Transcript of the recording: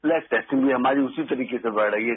plus testing भी हमारी उसी तरीके से बढ़ रही है